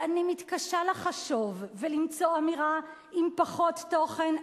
ואני מתקשה לחשוב ולמצוא אמירה עם פחות תוכן,